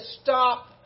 stop